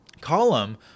column